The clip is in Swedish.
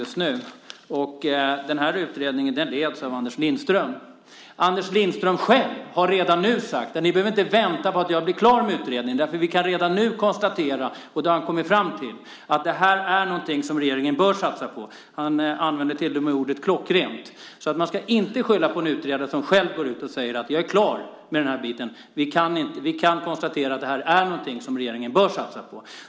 Utredningen leds av Anders Lindström. Anders Lindström har redan nu sagt att man inte behöver vänta på att han blir klar med utredningen. Han har redan nu kommit fram till att det här är någonting som regeringen bör satsa på. Han använder till och med ordet klockrent. Man ska inte skylla på en utredare som själv säger att han är klar med den biten och att han konstaterar att det här är någonting som regeringen bör satsa på.